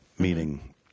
Meaning